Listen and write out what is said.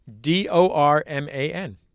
D-O-R-M-A-N